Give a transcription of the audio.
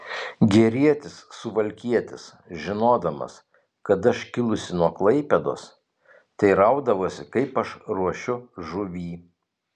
gerietis suvalkietis žinodamas kad aš kilusi nuo klaipėdos teiraudavosi kaip aš ruošiu žuvį